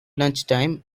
lunchtime